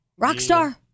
Rockstar